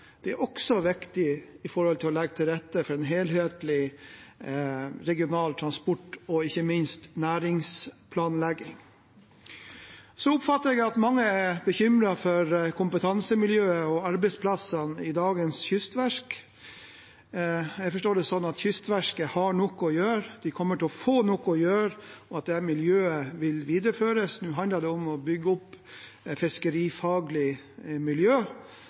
fiskerihavnene, er også viktig med tanke på å legge til rette for en helhetlig regional transport- og ikke minst næringsplanlegging. Så oppfatter jeg at mange er bekymret for kompetansemiljøet og arbeidsplassene i dagens kystverk. Jeg forstår det sånn at Kystverket har nok å gjøre, at de kommer til å få nok å gjøre, og at det miljøet vil videreføres. Nå handler det om å bygge opp et fiskerifaglig miljø,